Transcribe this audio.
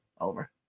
over